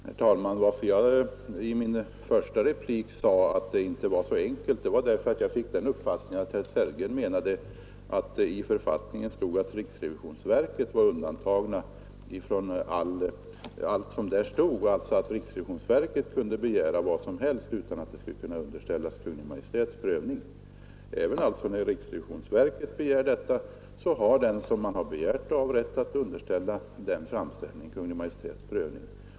Herr talman! Anledningen till att jag i min första replik sade att detta inte var så enkelt var att jag fick den uppfattningen att herr Sellgren menade, att det i författningen står att riksrevisionsverket är undantaget från allt som däri stadgas och därför skulle kunna begära fram vilka handlingar som helst utan att detta skulle kunna underställas Kungl. Maj:ts prövning. Även när riksrevisionsverket gör en sådan begäran har den, som denna riktats till, rätt att underställa ärendet Kungl. Maj:ts prövning.